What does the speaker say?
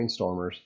brainstormers